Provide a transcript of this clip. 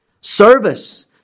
service